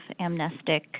amnestic